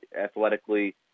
athletically